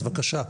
אז בבקשה,